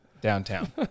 downtown